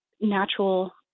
natural